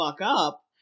up